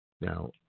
Now